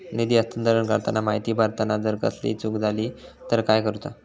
निधी हस्तांतरण करताना माहिती भरताना जर कसलीय चूक जाली तर काय करूचा?